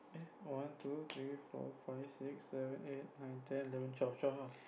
one two three four five six seven eight nine ten eleven twelve twelve lah